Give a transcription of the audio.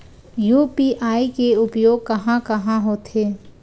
UPI के उपयोग कहां कहा होथे?